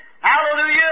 Hallelujah